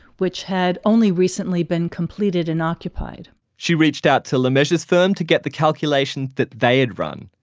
which had only recently been completed and occupied she reached out to lemessurier's firm to get the calculations that they had run.